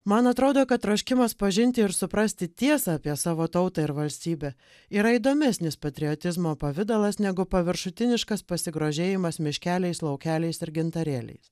man atrodo kad troškimas pažinti ir suprasti tiesą apie savo tautą ir valstybę yra įdomesnis patriotizmo pavidalas negu paviršutiniškas pasigrožėjimas miškeliais laukeliais ir gintarėliais